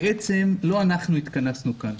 בעצם לא אנחנו התכנסנו כאן.